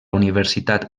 universitat